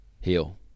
heal